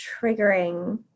triggering